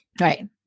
Right